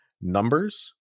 numbers